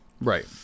Right